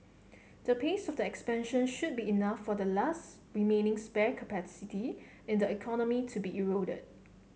the pace of the expansion should be enough for the last remaining spare capacity in the economy to be eroded